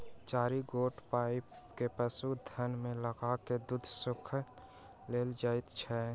चारि गोट पाइप के पशुक थन मे लगा क दूध सोइख लेल जाइत छै